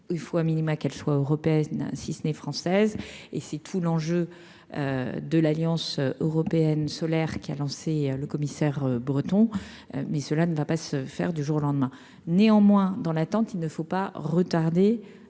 il faut a minima, qu'elles soient européenne, si ce n'est française et c'est tout l'enjeu de l'Alliance européenne solaire qui a lancé le commissaire breton, mais cela ne va pas se faire du jour au lendemain, néanmoins, dans l'attente, il ne faut pas retarder